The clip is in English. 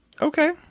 Okay